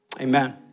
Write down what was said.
Amen